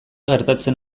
gertatzen